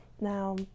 Now